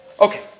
Okay